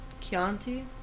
Chianti